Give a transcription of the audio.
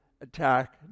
attack